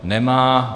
Nemá.